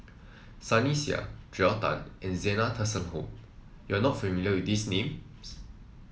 Sunny Sia Joel Tan and Zena Tessensohn you are not familiar with these names